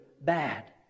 bad